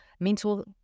mental